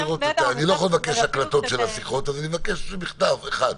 אני לא יכול לבקש הקלטות של השיחות ולכן אני מבקש מכתב אחד.